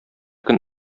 көн